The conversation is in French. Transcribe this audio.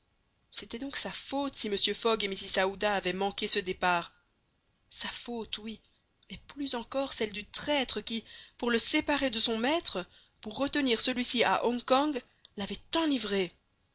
c'était donc sa faute si mr fogg et mrs aouda avaient manqué ce départ sa faute oui mais plus encore celle du traître qui pour le séparer de son maître pour retenir celui-ci à hong kong l'avait enivré